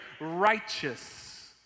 righteous